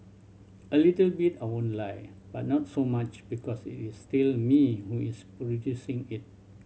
a little bit I won't lie but not so much because it is still me who is producing it